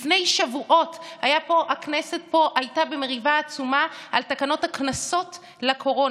לפני שבועות הכנסת פה הייתה במריבה עצומה על תקנות הקנסות לקורונה,